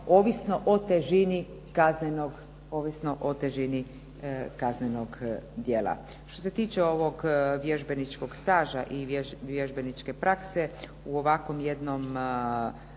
ovisno o težini kaznenog djela. Što se tiče ovog vježbeničkog stava i vježbeničke prakse u ovakvom jednom vremenu